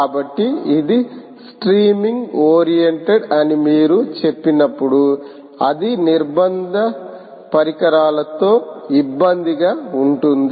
కాబట్టి ఇది streaming oriented అని మీరు చెప్పినప్పుడు అది నిర్బంధ పరికరాలతో ఇబ్బందిగా ఉంటుంది